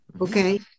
Okay